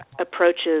approaches